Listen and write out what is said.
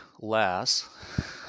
less